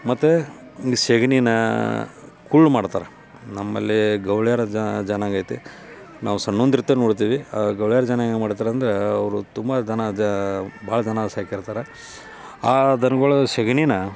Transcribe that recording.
ಮತ್ತು ಈ ಸಗ್ಣೀನ ಕುರ್ಳ್ ಮಾಡ್ತಾರೆ ನಮ್ಮಲ್ಲಿ ಗೌಳ್ಯಾರು ಜನಾಂಗ ಐತಿ ನಾವು ಸಣ್ಣಂದ್ರಿತ್ತ ನೋಡ್ತಿದ್ವಿ ಆ ಗೌಳ್ಯಾರು ಜನ ಏನು ಮಾಡ್ತಾರಂದ್ರೆ ಅವರು ತುಂಬ ದನ ಜ ಭಾಳ ದನ ಸಾಕಿರ್ತಾರೆ ಆ ದನ್ಗಳು ಸಗ್ಣೀನ